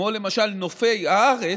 למשל נופי הארץ: